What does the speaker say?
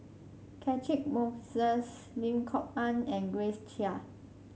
Catchick Moses Lim Kok Ann and Grace Chia